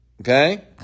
Okay